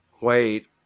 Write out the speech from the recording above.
Wait